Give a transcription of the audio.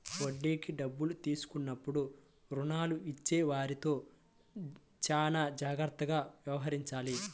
వడ్డీకి డబ్బులు తీసుకున్నప్పుడు రుణాలు ఇచ్చేవారితో చానా జాగ్రత్తగా వ్యవహరించాలి